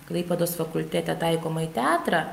klaipėdos fakultete taikomąjį teatrą